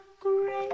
great